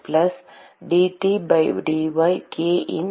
plus dT by dy k in